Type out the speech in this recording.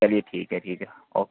چلیے ٹھیک ہے ٹھیک ہے اوکے